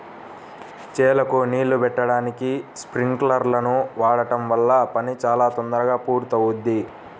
చేలకు నీళ్ళు బెట్టడానికి స్పింకర్లను వాడడం వల్ల పని చాలా తొందరగా పూర్తవుద్ది